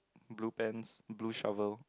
blue pants blue shovel